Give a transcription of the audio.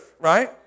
right